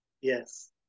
yes